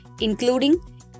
including